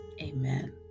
Amen